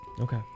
Okay